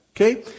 okay